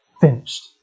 finished